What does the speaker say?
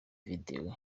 video